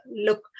look